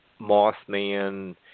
Mothman